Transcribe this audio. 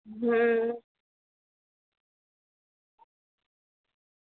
હં